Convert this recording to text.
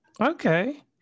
Okay